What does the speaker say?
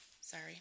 sorry